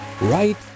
right